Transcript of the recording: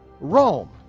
rome,